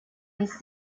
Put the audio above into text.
ließ